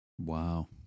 Wow